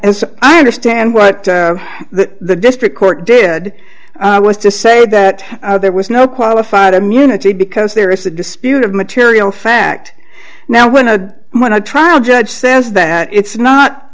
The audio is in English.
so i understand what the district court did was to say that there was no qualified immunity because there is a dispute of material fact now when a when a trial judge says that it's not